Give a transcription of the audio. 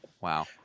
Wow